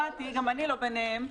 גם אני לא ביניהם.